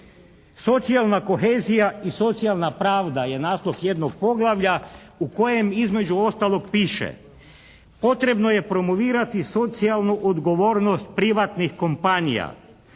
Socijalna kohezija i socijalna pravda je naslov jednog poglavlja u kojem između ostalog piše, potrebno je promovirati socijalnu odgovornost privatnih kompanija.